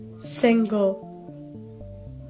single